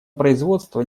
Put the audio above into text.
производство